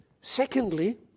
Secondly